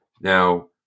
now